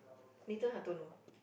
Nathan-Hartono